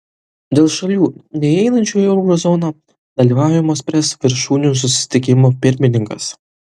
dėl šalių neįeinančių į euro zoną dalyvavimo spręs viršūnių susitikimo pirmininkas